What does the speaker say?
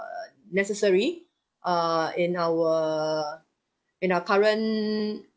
err necessary err in our in our current